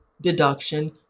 deduction